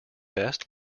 best